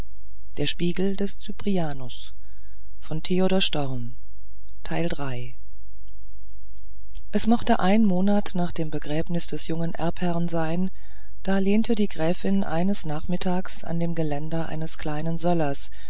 es mochte ein monat nach dem begräbnis des jungen erbherrn sein da lehnte die gräfin eines nachmittags an dem geländer eines kleinen söllers